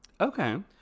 Okay